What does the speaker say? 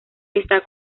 está